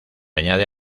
añade